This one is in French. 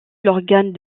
l’organe